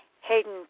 Hayden